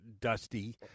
Dusty